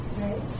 right